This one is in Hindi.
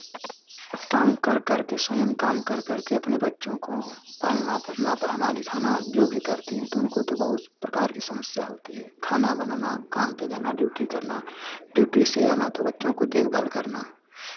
काम कर करके स्वयं काम कर करके अपने बच्चों को पालना पोसना पढ़ाना लिखाना जो भी करती हैं तो उनको तो बहुत प्रकार की समस्या होती है खाना बनाना काम पे जाना ड्यूटी करना ड्यूटी से आना तो बच्चों की देखभाल करना